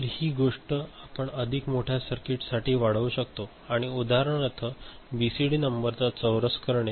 तर ही गोष्ट आपण अधिक मोठ्या सर्किटसाठी वाढवू शकतो आणि उदाहरणार्थ बीसीडी नंबरचा चौरस करणे